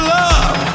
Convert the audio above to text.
love